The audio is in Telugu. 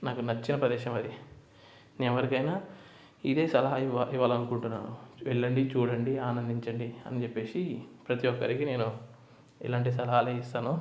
నాకు నచ్చిన ప్రదేశం అది నేను ఎవరికైనా ఇదే సలహా ఇవ్వా ఇవ్వాలి అనుకుంటున్నాను వెళ్ళండి చూడండి ఆనందించండి అని చెప్పేసి ప్రతి ఒక్కరికి నేను ఇలాంటి సలహాలు ఇస్తాను